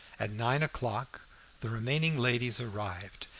at nine o'clock the remaining ladies arrived,